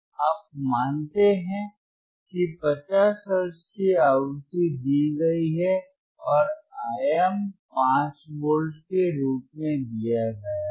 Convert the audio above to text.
आप मानते हैं कि 50 हर्ट्ज की आवृत्ति दी गई है और आयाम 5 वोल्ट के रूप में दिया गया है